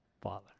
Father